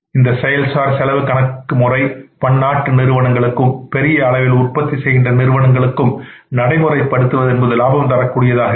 இந்த செயல் சார் செலவு கணக்கு முறை பன்னாட்டு நிறுவனங்களுக்கும் பெரிய உற்பத்தி செய்கின்ற நிறுவனங்களுக்கும் நடைமுறைப்படுத்துவது என்பது லாபம் தரக்கூடியதாக இருக்கும்